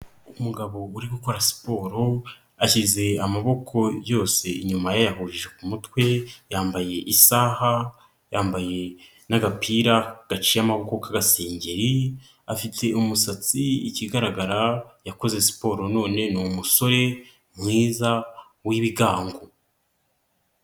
Umugabo uri gukora siporo ashyize amaboko yose inyuma yayahu ku mutwe yambaye isaha yambaye n'agapira gaciye amaboko' gasingiri, afite umusatsi ikigaragara yakoze siporo none ni umusore mwiza w'ibigango.